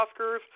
Oscars